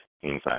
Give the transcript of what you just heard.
inside